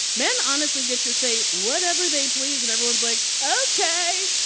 men honestly get to say whatever they please, and everyone's like, ok.